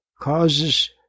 causes